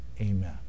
Amen